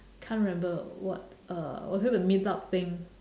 can't remember what uh was it a meetup thing